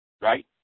Right